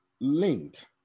linked